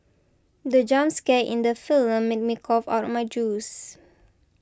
the jump scare in the film made me cough out my juice